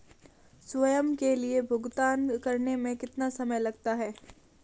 स्वयं के लिए भुगतान करने में कितना समय लगता है?